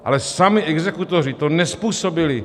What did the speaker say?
Ale sami exekutoři to nezpůsobili.